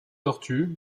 tortues